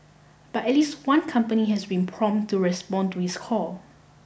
but at least one company has been prompt to respond to his call